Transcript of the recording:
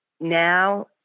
now